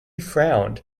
frowned